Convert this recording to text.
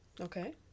Okay